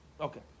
Okay